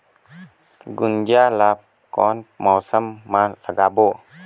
गुनजा ला कोन मौसम मा लगाबो?